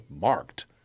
marked